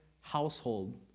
household